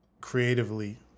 creatively